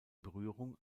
berührung